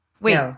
Wait